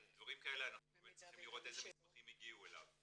אבל דברים כאלה אנחנו באמת צריכים לראות איזה מסמכים הגיעו אליו.